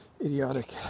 idiotic